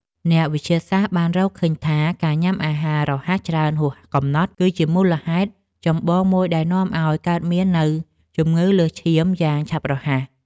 អ្នកវិទ្យាសាស្ត្របានរកឃើញថាការញ៉ាំអាហាររហ័សច្រើនហួសកំណត់ គឺជាមូលហេតុចម្បងមួយដែលនាំឲ្យកើតមាននូវជំងឺលើសឈាមយ៉ាងឆាប់រហ័ស។